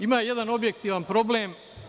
Ima jedan objektivan problem.